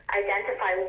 identify